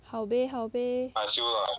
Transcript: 好呗好呗